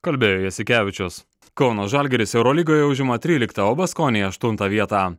kalbėjo jasikevičius kauno žalgiris eurolygoje užima tryliktą o baskonija aštuntą vietą